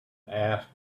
asked